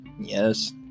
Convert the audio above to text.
Yes